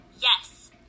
Yes